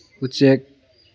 ꯎꯆꯦꯛ